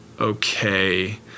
okay